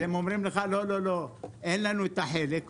הם אומרים לך: "לא, אין לנו את החלק".